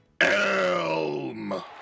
Elm